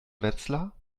wetzlar